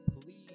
Please